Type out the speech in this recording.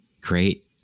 great